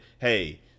hey